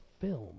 film